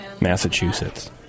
Massachusetts